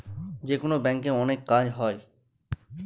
যেকোনো ব্যাঙ্কে অনেক কাজ হয়